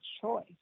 choice